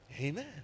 Amen